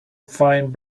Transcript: fine